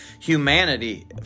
humanity